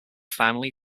family